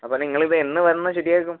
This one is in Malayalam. അപ്പം നിങ്ങൾ ഇത് എന്ന് വന്ന് ശരിയാക്കും